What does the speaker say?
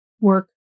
work